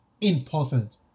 important